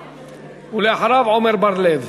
ואחריו, עמר בר-לב.